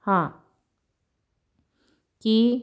ਹਾਂ ਕੀ